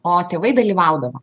o tėvai dalyvaudavo